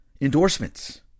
endorsements